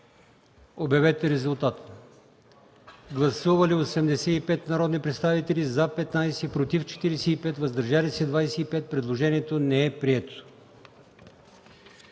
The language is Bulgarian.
на гласуване. Гласували 87 народни представители: за 21, против 46, въздържали се 20. Предложението не е прието.